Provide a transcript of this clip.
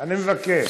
אני מבקש.